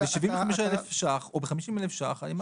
ב-75 אלף שקלים או ב-50 אלף שקלים.